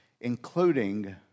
including